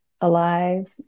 alive